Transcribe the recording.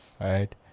right